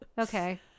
Okay